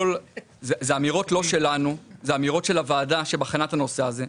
אלה לא אמירות שלנו אלא אמירות של הוועדה שבחנה את הנושא הזה.